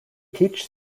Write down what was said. teach